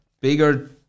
Bigger